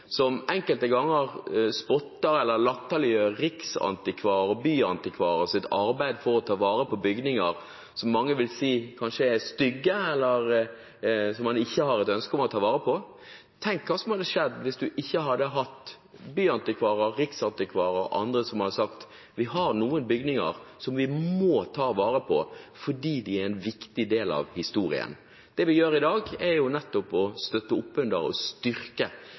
som enkelte ganger spotter eller latterliggjør riksantikvarer og byantikvarer sitt arbeid for å ta vare på bygninger mange kanskje vil si er stygge, eller som man ikke har et ønske om å ta vare på. Tenk hva som hadde skjedd hvis vi ikke hadde hatt byantikvarer og riksantikvarer og andre som har sagt at vi har noen bygninger som vi må ta vare på fordi de er en viktig del av historien. Det vi gjør i dag, er nettopp å støtte opp under og styrke